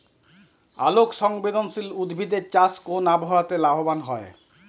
আলোক সংবেদশীল উদ্ভিদ এর চাষ কোন আবহাওয়াতে লাভবান হয়?